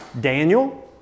Daniel